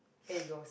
here it go